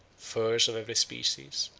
furs of every species,